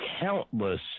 countless